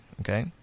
Okay